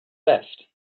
left